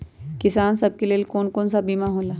किसान सब के लेल कौन कौन सा बीमा होला?